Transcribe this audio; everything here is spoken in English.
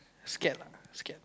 scared ah scared